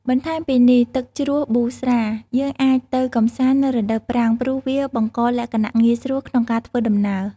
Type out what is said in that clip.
បន្ថែមពីនេះ ទឹកជ្រោះប៊ូស្រា យើងអាចទៅកំសាន្តនៅរដូវប្រាំង ព្រោះវាបង្កលក្ខណៈងាយស្រួលក្នុងការធ្វើដំណើរ។